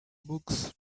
books